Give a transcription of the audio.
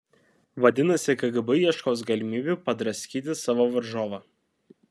vadinasi kgb ieškos galimybių padraskyti savo varžovą